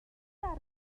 garej